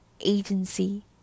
agency